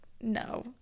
no